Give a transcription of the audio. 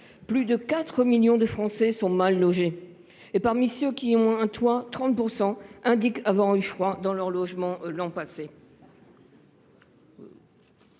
plus de 4 millions de Français sont mal logés et, parmi ceux qui ont un toit, 30 % indiquent avoir eu froid dans leur logement l’an passé.